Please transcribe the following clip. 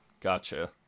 Gotcha